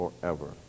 forever